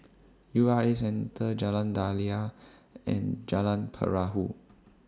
U R A Centre Jalan Daliah and Jalan Perahu